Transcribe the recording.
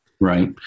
Right